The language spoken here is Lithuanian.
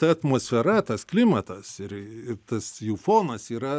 ta atmosfera tas klimatas ir ir tas jų fonas yra